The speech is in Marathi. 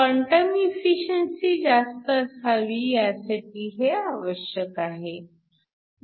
क्वांटम एफिशिअन्सी जास्त असावी ह्यासाठी हे आवश्यक आहे